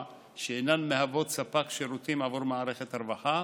שאינן מהוות ספק שירותים עבור מערכת הרווחה